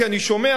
כי אני שומע,